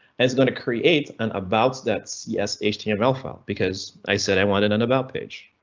is going to create an about that css html file because i said i wanted an about page.